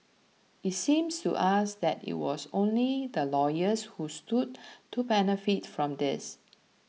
it seems to us that it was only the lawyers who stood to benefit from this